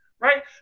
right